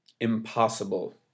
Impossible